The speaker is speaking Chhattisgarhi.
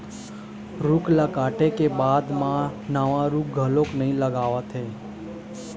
रूख ल काटे के बाद म नवा रूख घलोक नइ लगावत हे